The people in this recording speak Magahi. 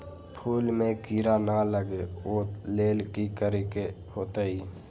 फूल में किरा ना लगे ओ लेल कि करे के होतई?